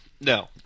No